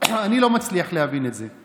אני לא מצליח להבין את זה.